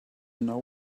know